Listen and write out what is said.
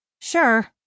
Sure